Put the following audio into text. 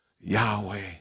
Yahweh